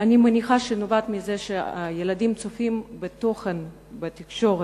אני מניחה נובעת מכך שהילדים צופים בתוכן אלים בתקשורת,